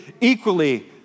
equally